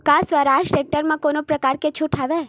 का स्वराज टेक्टर म कोनो प्रकार के छूट हवय?